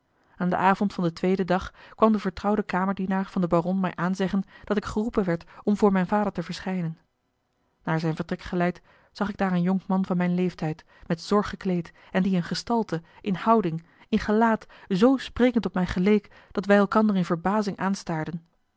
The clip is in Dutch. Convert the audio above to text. aan den avond van den tweeden dag kwam de vertrouwde kamerdienaar van den baron mij aanzeggen dat ik geroepen werd om voor mijn vader te verschijnen naar zijn vertrek geleid zag ik daar een jonkman van mijn leeftijd met zorg gekleed en die in gestalte in houding in gelaat zoo sprekend op mij geleek dat wij elkander in verbazing aanstaarden